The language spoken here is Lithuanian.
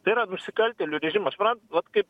tai yra nusikaltėlių režimas suprantat vat kaip